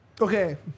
Okay